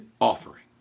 offering